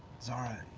zahra,